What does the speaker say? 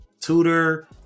Tutor